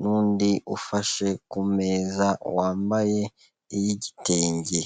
n'undi ufashe ku meza, wambaye iy'igitenge.